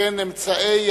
שכן אמצעי